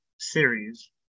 series